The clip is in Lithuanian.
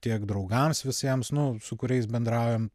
tiek draugams visiems nu su kuriais bendraujam